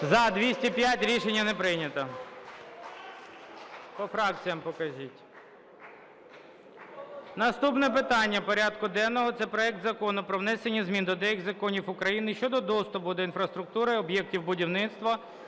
За-205 Рішення не прийнято. По фракціям покажіть. Наступне питання порядку денного – це проект Закону про внесення змін до деяких законів України щодо доступу до інфраструктури об'єктів будівництва,